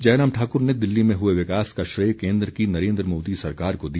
जयराम ठाकुर ने दिल्ली में हुए विकास का श्रेय केन्द्र की नरेन्द्र मोदी सरकार को दिया